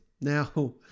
Now